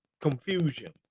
confusion